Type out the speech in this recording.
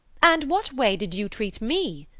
and what way did you treat me?